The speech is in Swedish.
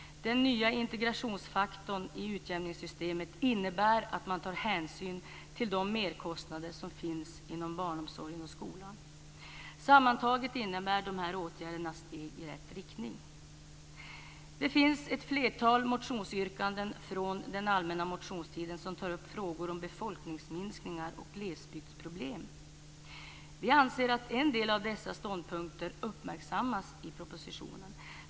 Den nya integrationsfaktorn i utjämningssystemet innebär att man tar hänsyn till de merkostnader som finns inom barnomsorgen och skolan. Sammantaget innebär de här åtgärderna steg i rätt riktning. Det finns ett flertal motionsyrkanden från den allmänna motionstiden som tar upp frågor om befolkningsminskning och glesbygdsproblem. Vi anser att en del av dessa ståndpunkter uppmärksammas i propositionen.